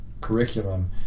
curriculum